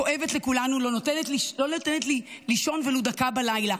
כואבת לכולנו, לא נותנת לי לישון ולו דקה בלילה.